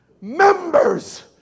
members